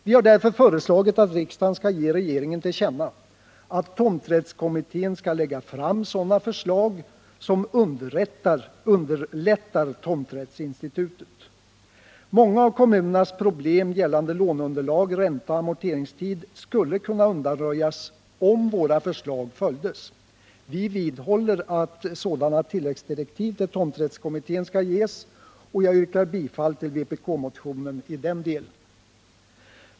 Vi har därför föreslagit att riksdagen skall ge regeringen till känna att riksdagen anser att tomträttskommittén skall lägga fram sådana förslag som underlättar tomträttsinstitutet. Många av kommunernas problem gällande låneunderlag, ränta och amorteringstid skulle kunna undanröjas, om våra förslag följdes. Vi vidhåller att sådana tilläggsdirektiv till tomträttskommittén skall ges, och jag yrkar bifall till vpk-motionen i den delen.